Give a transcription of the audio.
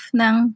ng